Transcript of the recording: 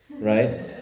right